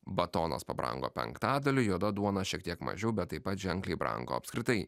batonas pabrango penktadaliu juoda duona šiek tiek mažiau bet taip pat ženkliai brango apskritai